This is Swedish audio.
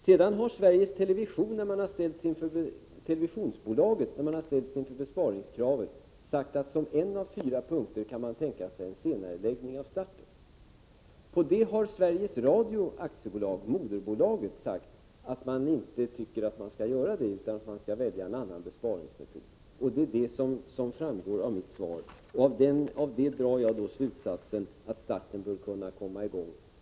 Sedan har Sveriges Television AB när det ställts inför besparingskravet sagt att man som en av fyra punkter kan tänka sig senareläggning av starten. Till det har moderbolaget Sveriges Radio AB sagt att man tycker att en annan besparingsmetod skall väljas. Det är också vad som framgår av mitt svar. Mot denna bakgrund drar jag slutsatsen om när sändningarna bör kunna komma i gång.